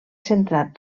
centrat